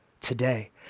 today